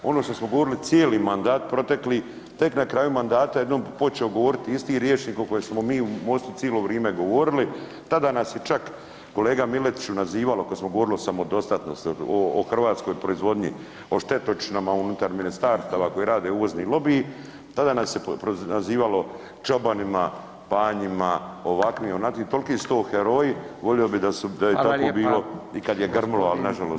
Ono što smo govorili cijeli mandat protekli, tek na kraju mandata, odjednom je počeo govoriti isti rječnik o kojem smo u Mostu cijelo vrijeme govorili, tada nas je čak kolega Miletiću nazivalo kad smo govorili o samodostatnosti, o hrvatskoj proizvodnji, o štetočinama unutar ministarstava koji rade uvozni lobiji, tada nas je nazivalo čobanima, panjima, ovakvi, onakvi, toliki su to heroji, volio bi da je tako bilo i kad je grmilo ali nažalost